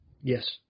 Yes